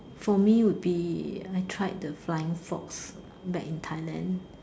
for me would be I tried the flying fox back in Thailand